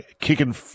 kicking